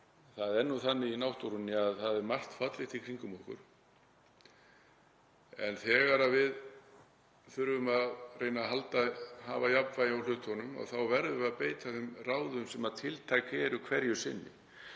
það er þannig í náttúrunni að það er margt fallegt í kringum okkur en þegar við þurfum við að reyna að hafa jafnvægi á hlutunum þá verðum við að beita þeim ráðum sem tiltæk eru hverju sinni